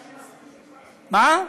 גפני,